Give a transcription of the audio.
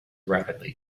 rapidly